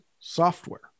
software